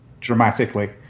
dramatically